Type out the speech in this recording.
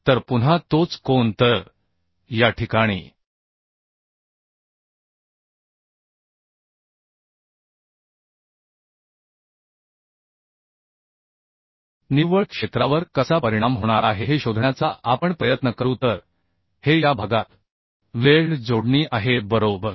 तर या ठिकाणी निव्वळ क्षेत्रावर कसा परिणाम होणार आहे हे शोधण्याचा आपण प्रयत्न करू तर हे या भागात वेल्ड जोडणी आहे बरोबर